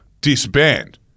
disband